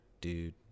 dude